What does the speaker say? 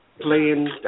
playing